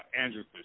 Andrews